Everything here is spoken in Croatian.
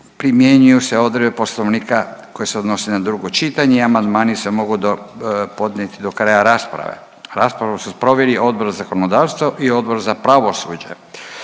primjenjuju se odredbe Poslovnika koje se odnose na drugo čitanje. Amandmani se mogu podnijeti do kraja rasprave. Raspravu su proveli Odbor za zakonodavstvo i Odbor za pravosuđe.